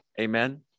Amen